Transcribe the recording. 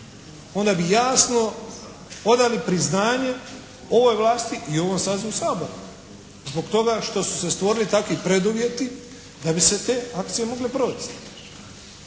Onda bi jasno odali priznanje ovoj vlasti i ovom sazivu Sabora zbog toga što su se stvorili takvi preduvjeti da bi se te akcije mogle provesti.